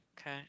okay